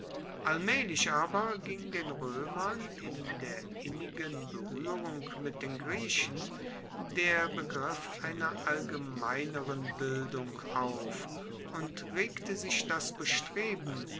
allmaehlich aber ging den roemern in der innigen beruehrung mit den griechen der begriff einer allgemeineren bildung auf und regte sich das bestreben